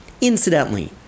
Incidentally